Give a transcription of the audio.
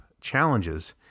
challenges